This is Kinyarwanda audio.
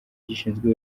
gishinzwe